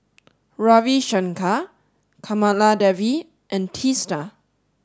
Ravi Shankar Kamaladevi and Teesta